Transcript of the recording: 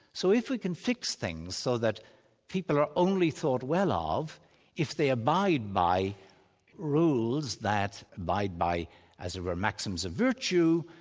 so if we can fix things so that people are only thought well ah of if they abide by rules that, abide by as it were, maxims of virtue,